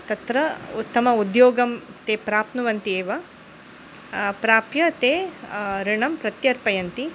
तत्र उत्तमम् उद्योगं ते प्राप्नुवन्ति एव प्राप्य ते ॠणं प्रत्यर्पयन्ति